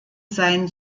sein